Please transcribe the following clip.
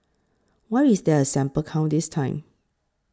why is there a sample count this time